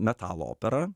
metalo operą